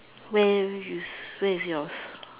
where you where is yours